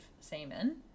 semen